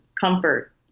comfort